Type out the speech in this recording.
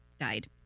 died